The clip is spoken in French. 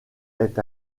est